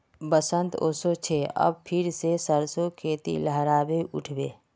बसंत ओशो छे अब फिर से सरसो खेती लहराबे उठ बे